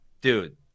dude